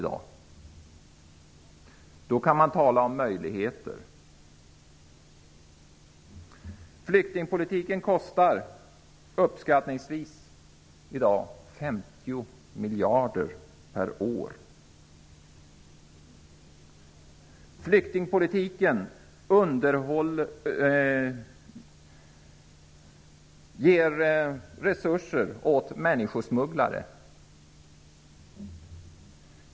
Då kan man tala om möjligheter. Flyktingpolitiken kostar uppskattningsvis 50 miljarder per år. Flyktingpolitiken ger resurser åt människosmugglare.